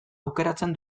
aukeratzen